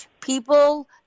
People